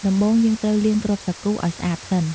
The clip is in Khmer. ដំបូង យើងត្រូវលាងគ្រាប់សាគូឲ្យស្អាតសិន។